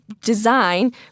design